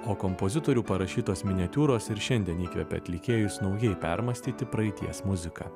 o kompozitorių parašytos miniatiūros ir šiandien įkvepia atlikėjus naujai permąstyti praeities muziką